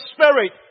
Spirit